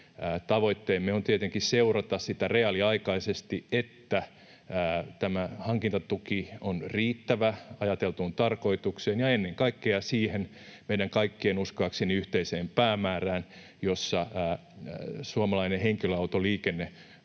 Tavoitteemme on tietenkin seurata sitä reaaliaikaisesti, että tämä hankintatuki on riittävä ajateltuun tarkoitukseen ja ennen kaikkea siihen uskoakseni meidän kaikkien yhteiseen päämäärään, jossa suomalainen henkilöautoliikenne